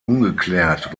ungeklärt